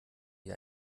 wie